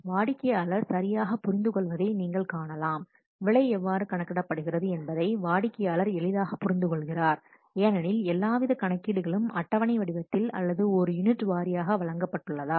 வாடிக்கையாளர் சரியாக புரிந்துகொள்வதை நீங்கள் காணலாம் விலை எவ்வாறு கணக்கிடப்படுகிறது என்பதைப் வாடிக்கையாளர் எளிதாக புரிந்து கொள்கிறார் ஏனெனில் எல்லாவித கணக்கீடுகளும் அட்டவணை வடிவத்தில் அல்லது ஒரு யூனிட் வாரியாக வழங்கப்பட்டுள்ளதால்